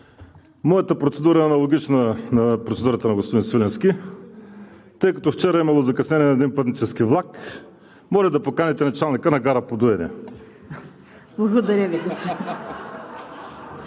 моята процедура е аналогична на процедурата на господин Свиленски, тъй като вчера е имало закъснение на един пътнически влак, моля да поканите началника на гара „Подуяне“. (Смях, реплики